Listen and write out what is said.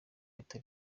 leta